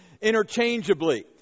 interchangeably